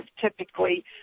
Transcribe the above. typically